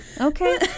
Okay